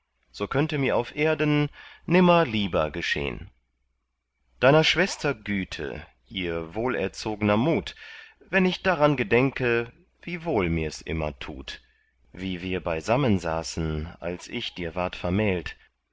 so könnte mir auf erden nimmer lieber geschehn deiner schwester güte ihr wohlerzogner mut wenn ich daran gedenke wie wohl mirs immer tut wie wir beisammen saßen als ich dir ward vermählt